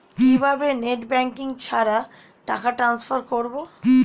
কিভাবে net banking ছাড়া টাকা টান্সফার করব?